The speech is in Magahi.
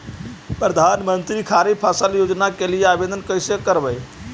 प्रधानमंत्री खारिफ फ़सल योजना के लिए आवेदन कैसे करबइ?